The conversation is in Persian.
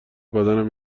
بدنم